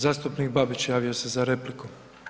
Zastupnik Babić javio se za repliku.